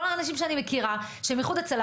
כל האנשים שאני מכירה שהם איחוד והצלה,